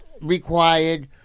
required